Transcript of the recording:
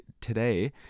today